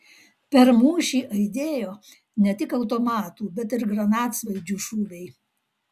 per mūšį aidėjo ne tik automatų bet ir granatsvaidžių šūviai